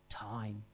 time